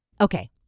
Okay